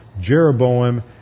Jeroboam